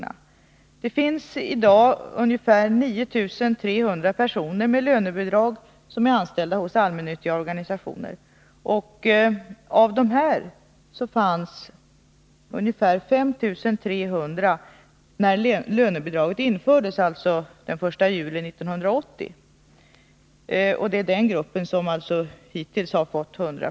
Tisdagen den Det finns i dag ungefär 9 300 personer med lönebidrag som är anställda i 9 november 1982 allmännyttiga organisationer. Av dessa fanns ungefär 5 300 när lönebidraget infördes den 1 juli 1980. Det är den gruppen som hittills har fått 100 26.